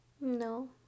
no